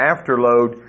Afterload